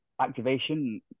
activation